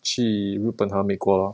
去日本和美国